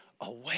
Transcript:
away